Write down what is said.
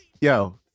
Yo